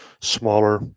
smaller